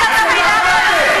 אתר מורשת עולמית,